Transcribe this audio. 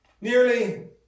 Nearly